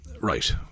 right